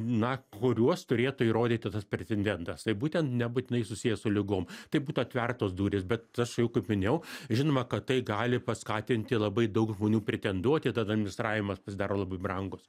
na kuriuos turėtų įrodyti tas pretendentas tai būtent nebūtinai susiję su ligom taip būtų atvertos durys bet aš jau kaip minėjau žinoma kad tai gali paskatinti labai daug žmonių pretenduoti tada administravimas pasidaro labai brangus